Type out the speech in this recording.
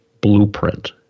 blueprint